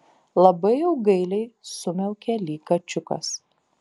labai jau gailiai sumiaukė lyg kačiukas